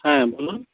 হ্যাঁ বলুন